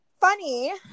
funny